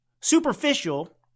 superficial